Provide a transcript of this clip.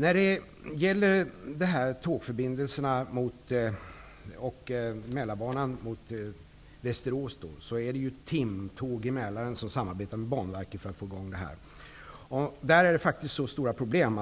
När det gäller tågförbindelserna med Mälarbanan till Västerås skall man starta med ''timtåg'' i samarbete med Banverket. Man har där stora problem.